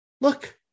Look